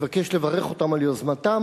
מבקש לברך אותם על יוזמתם,